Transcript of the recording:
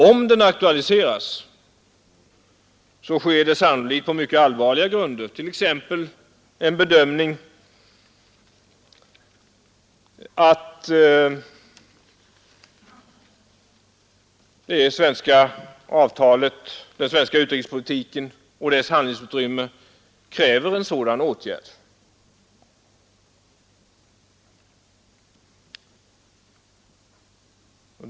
Om den aktualiseras sker det sannolikt på mycket allvarliga grunder, t.ex. på grund av en bedömning att den svenska utrikespolitiken och dess handlingsutrymme kräver en sådan åtgärd.